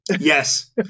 Yes